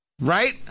Right